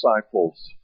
disciples